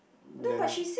then